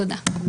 תודה.